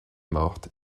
morte